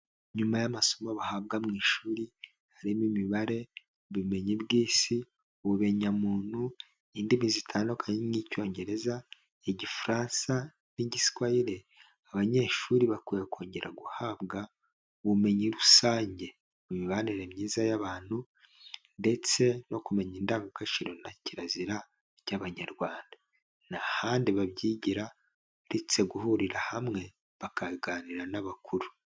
Nyuma y'amasomo bahabwa mu ishuri, harimo Imibare, ubumenyi bw'Isi, ubumenya muntu indimi zitandukanye nk'Icyongereza, Igifaransa n'Igiswayire, abanyeshuri bakwiye kongera guhabwa ubumenyi rusange mu mibanire myiza y'abantu ndetse no kumenya indangagaciro na kirazira by'Abanyarwanda, nta handi babyigira uretse guhurira hamwe bakaganira n'abakuru.